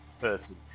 person